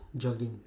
jogging